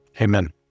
Amen